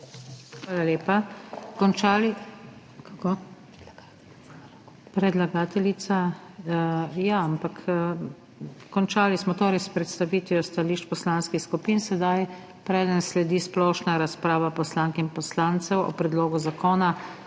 Hvala lepa. Končali smo torej s predstavitvijo stališč poslanskih skupin. Preden sledi splošna razprava poslank in poslancev o predlogu zakona,